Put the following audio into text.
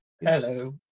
Hello